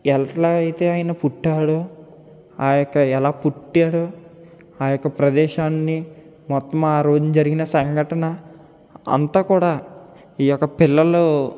ఎట్లా అయితే ఆయన పుట్టాడో ఆయొక్క ఎలా పుట్టాడో ఆ యొక్క ప్రదేశాన్ని మొత్తం ఆ రోజున జరిగిన సంఘటన అంతా కూడా ఈయొక్క పిల్లలు